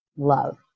Love